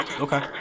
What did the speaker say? okay